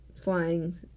flying